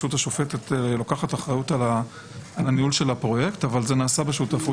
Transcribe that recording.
הרשות השופטת לוקחת אחריות על הניהול של הפרויקט אבל זה נעשה בשותפות